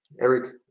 Eric